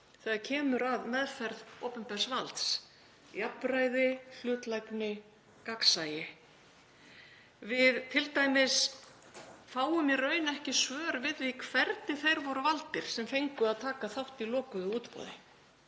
þegar kemur að meðferð opinbers valds; jafnræði, hlutlægni, gagnsæi. Við fáum t.d. í raun ekki svör við því hvernig þeir voru valdir sem fengu að taka þátt í lokuðu útboði.